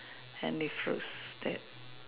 any fruits that